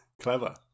clever